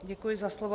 Děkuji za slovo.